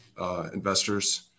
investors